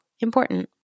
important